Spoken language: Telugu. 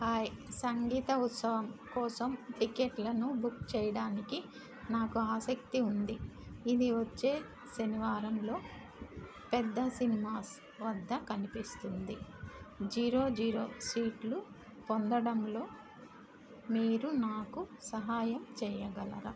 హాయ్ సంగీత ఉత్సవం కోసం టిక్కెట్లను బుక్ చేయడానికి నాకు ఆశక్తి ఉంది ఇది వచ్చే శనివారంలో పెద్ద సినిమాస్ వద్ద కనిపిస్తుంది జీరో జీరో సీట్లు పొందడంలో మీరు నాకు సహాయం చేయగలరా